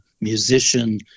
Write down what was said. musician